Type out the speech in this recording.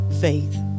faith